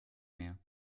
mehr